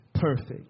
perfect